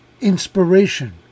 inspiration